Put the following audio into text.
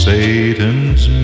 Satan's